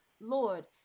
Lord